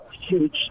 huge